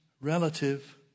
relative